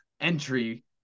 entry